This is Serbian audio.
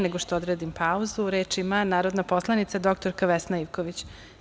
nego što odredim pauzu, reč ima narodna poslanica dr Vesna Ivković.